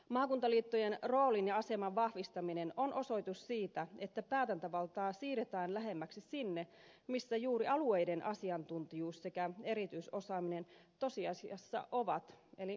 maakuntaliittojen roolin ja aseman vahvistaminen on osoitus siitä että päätäntävaltaa siirretään lähemmäksi sinne missä juuri alueiden asiantuntijuus sekä erityisosaaminen tosiasiassa ovat eli maakuntiin